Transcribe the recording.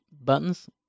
Buttons